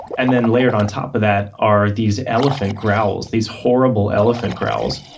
and then layered on top of that are these elephant growls, these horrible elephant growls.